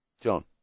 John